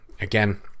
Again